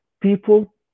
People